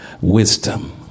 wisdom